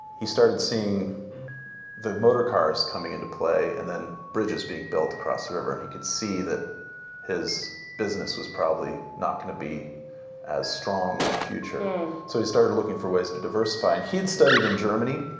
he started seeing the motorcars coming into play, and then bridges being built across the river, and he could see that his business was probably not going to be as strong in and the future. so he started looking for ways to diversify, and he had studied in germany,